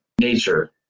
nature